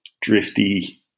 drifty